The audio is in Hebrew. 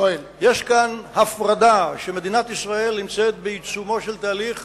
יש כאן הפרדה, מדינת ישראל נמצאת בעיצומו של תהליך